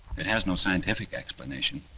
it has no scientific explanation.